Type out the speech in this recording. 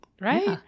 Right